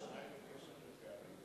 נכון.